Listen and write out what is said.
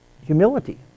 Humility